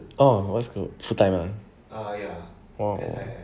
oh what's goi~ full time ah oh